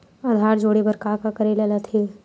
आधार जोड़े बर का करे ला होथे?